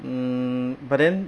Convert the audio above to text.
mm but then